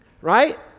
Right